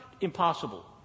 impossible